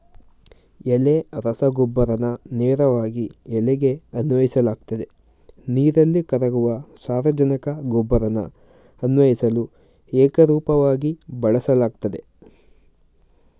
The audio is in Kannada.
ಎಲೆ ರಸಗೊಬ್ಬರನ ನೇರವಾಗಿ ಎಲೆಗೆ ಅನ್ವಯಿಸಲಾಗ್ತದೆ ನೀರಲ್ಲಿ ಕರಗುವ ಸಾರಜನಕ ಗೊಬ್ಬರನ ಅನ್ವಯಿಸಲು ಏಕರೂಪವಾಗಿ ಬಳಸಲಾಗ್ತದೆ